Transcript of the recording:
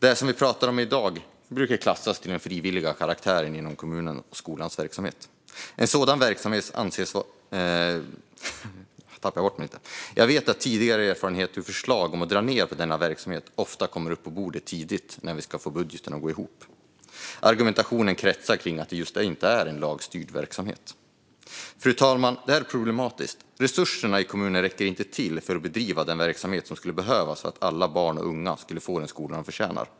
Det vi pratar om i dag brukar klassas som något som är av frivillig karaktär inom kommunens och skolans verksamhet. Jag vet av tidigare erfarenhet att förslag om att dra ned på denna verksamhet ofta kommer upp på bordet tidigt när vi ska få budgeten att gå ihop. Argumentationen kretsar just kring att det inte är en lagstyrd verksamhet. Fru talman! Det här är problematiskt. Resurserna i kommuner räcker inte till för att bedriva den verksamhet som skulle behövas för att alla barn och unga ska få den skola de förtjänar.